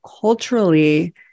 culturally